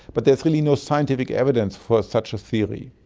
but there is really no scientific evidence for such a theory.